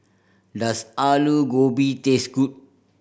does Aloo Gobi taste good